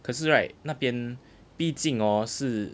可是 right 那边毕竟 hor 是